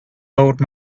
old